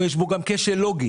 ויש בו גם כשל לוגי.